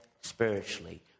spiritually